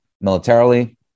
militarily